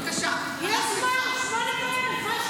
בבקשה, אנחנו איתך.